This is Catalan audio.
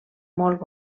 molt